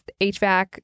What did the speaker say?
HVAC